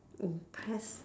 impressed